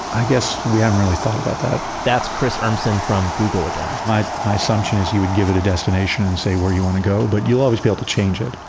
i guess we haven't really thought about that that's chris urmson from google again my my assumption is you would give it a destination and say where you want to go, but you'll always be able to change it.